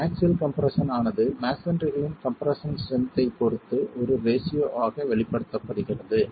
இந்த axial compression ஆனது மஸோன்றிகளின் கம்ப்ரெஸ்ஸன் ஸ்ட்ரென்த் ஐப் பொறுத்து ஒரு ரேஷியோ ஆக வெளிப்படுத்தப்படுகிறது